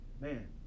man